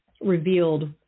revealed